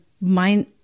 mind